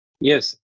Yes